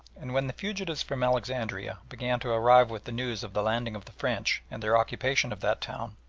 and when the fugitives from alexandria began to arrive with the news of the landing of the french and their occupation of that town,